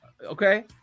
Okay